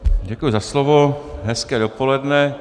Děkuji za slovo, hezké dopoledne.